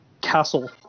castle